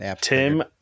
Tim